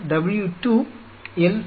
W 2 L 5